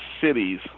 cities